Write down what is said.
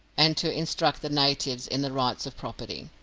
and to instruct the natives in the rights of property.